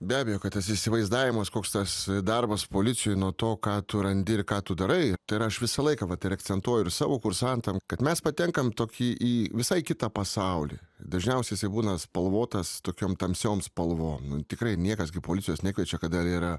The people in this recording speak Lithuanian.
be abejo kad tas įsivaizdavimas koks tas darbas policijoj nuo to ką tu randi ir ką tu darai tai yra aš visą laiką vat ir akcentuoju ir savo kursantam kad mes patenkam tokį į visai kitą pasaulį dažniausiai jisai būna spalvotas tokiom tamsiom spalvom nu tikrai niekas gi policijos nekviečia kada yra